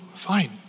Fine